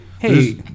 hey